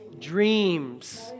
dreams